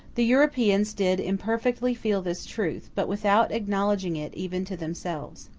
the europeans did imperfectly feel this truth, but without acknowledging it even to themselves.